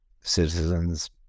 citizens